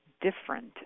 different